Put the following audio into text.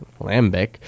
Lambic